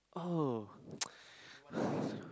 oh